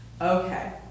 Okay